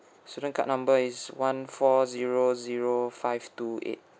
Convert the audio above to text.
student card number is one four zero zero five two eight